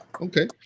okay